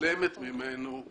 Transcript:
מתלעמת ממנו,